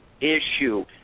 issue